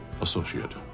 associate